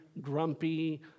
grumpy